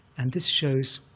and this shows